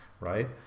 right